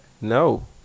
No